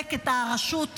לחזק את הרשות וכדומה.